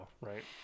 right